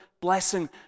blessing